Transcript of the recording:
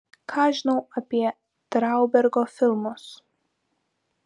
ką žinau apie traubergo filmus